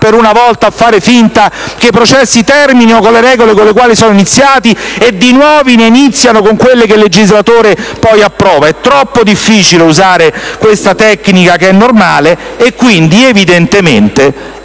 per una volta, a far finta che i processi terminino con le regole con cui sono iniziati e i nuovi inizino con quelle che il legislatore poi approva? È troppo difficile usare questa tecnica, che è normale, e quindi, evidentemente,